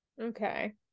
Okay